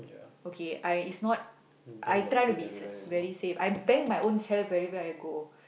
okay I is not I try to be s~ very safe I bang my ownself everywhere I go